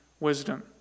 Wisdom